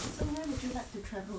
so where would you like to travel